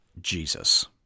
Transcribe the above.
Jesus